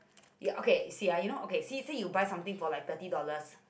ya okay see ya you know say say you buy something for like thirty dollars